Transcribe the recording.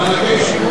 מענקים,